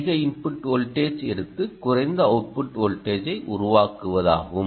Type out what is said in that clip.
அதிக input voltage எடுத்து குறைந்த அவுட்புட் வோல்டேஜ் உருவாக்குவதாகும்